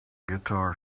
guitar